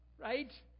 Right